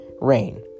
Rain